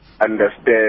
understand